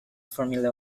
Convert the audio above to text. formula